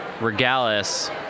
Regalis